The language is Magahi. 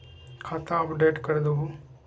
खाता अपडेट करदहु?